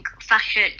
fashion